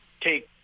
take